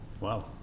wow